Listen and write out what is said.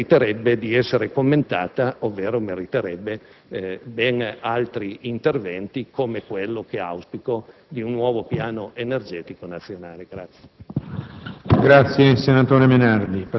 Mi pare una risposta che meriterebbe di essere commentata ovvero meriterebbe ben altri interventi, come quello, che auspico, di un nuovo Piano energetico nazionale.